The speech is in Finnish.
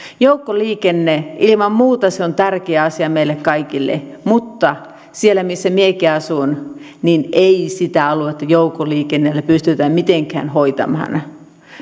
joukkoliikenne ilman muuta on tärkeä asia meille kaikille mutta siellä missä minäkin asun ei sitä aluetta joukkoliikenteellä pystytä mitenkään hoitamaan